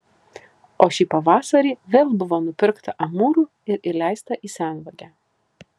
o šį pavasarį vėl buvo nupirkta amūrų ir įleista į senvagę